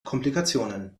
komplikationen